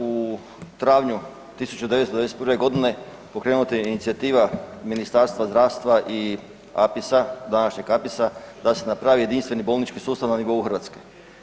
U travnju 1991.g. pokrenuta je inicijativa Ministarstva zdravstva i APIS-a, današnjeg APIS-a da se napravi jedinstveni bolnički sustav na nivou Hrvatske.